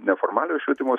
neformaliojo švietimo